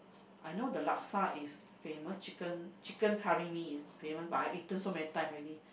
I know the laksa is famous chicken chicken curry-mee is famous but I eaten so many times already